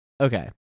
okay